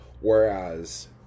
whereas